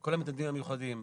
כל המתנדבים במיוחדים,